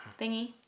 thingy